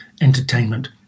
entertainment